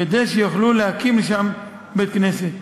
כדי שיוכלו להקים שם בית-כנסת.